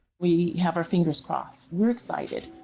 we have our fingers crossed. we're excited.